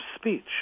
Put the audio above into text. speech